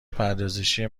پردازشی